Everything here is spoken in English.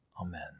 Amen